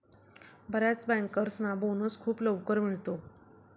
बर्याच बँकर्सना बोनस खूप लवकर मिळतो